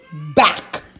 back